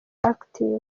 active